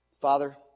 Father